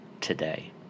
today